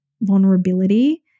vulnerability